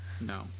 No